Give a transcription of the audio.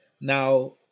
now